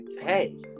hey